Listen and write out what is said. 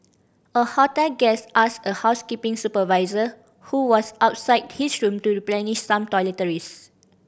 a hotel guest asked a housekeeping supervisor who was outside his room to replenish some toiletries